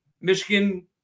michigan